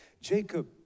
Jacob